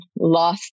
lost